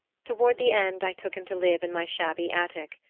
toward the end i took him to live in my shabby attic.